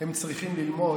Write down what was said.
הם צריכים ללמוד,